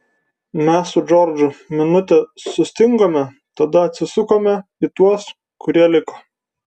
mes su džordžu minutę sustingome tada atsisukome į tuos kurie liko